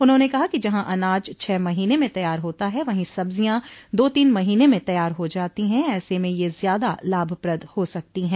उन्होंने कहा कि जहां अनाज छह महीने में तैयार होता है वहीं सब्जियां दो तीन महीने में तैयार हो जाती है ऐसे में यह ज्यादा लाभप्रद हो सकती है